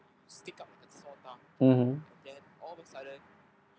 mmhmm